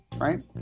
right